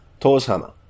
Torshammer